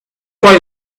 why